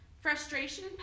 Frustration